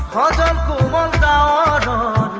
da da da da